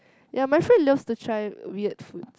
ya my friend loves to try weird foods